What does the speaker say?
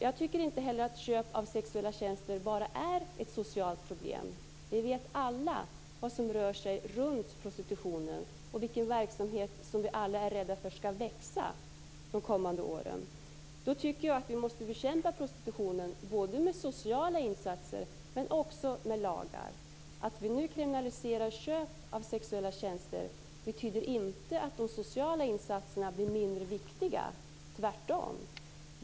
Jag tycker inte heller att köp av sexuella tjänster bara är ett socialt problem. Vi vet alla vad som rör sig runt prostitutionen och vilken verksamhet som vi alla är rädda för skall växa de kommande åren. Då tycker jag att vi måste bekämpa prostitutionen både med sociala insatser och lagar. Att vi nu kriminaliserar köp av sexuella tjänster betyder inte att de sociala insatserna bli mindre viktiga, tvärtom.